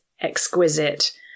exquisite